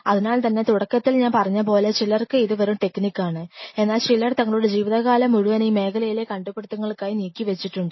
അതിനാൽ തന്നെ തുടക്കത്തിൽ ഞാൻ പറഞ്ഞപോലെ ചിലർക്ക് ഇത് വെറും ടെക്നിക് ആണ് എന്നാൽ ചിലർ തങ്ങളുടെ ജീവിതകാലം മുഴുവൻ ഈ മേഖലയിലെ കണ്ടുപിടുത്തങ്ങൾക്കായി നീക്കി വെച്ചിട്ടുണ്ട്